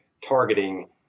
targeting